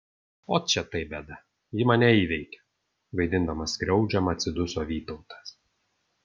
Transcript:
ot čia tai bėda ji mane įveikia vaidindamas skriaudžiamą atsiduso vytautas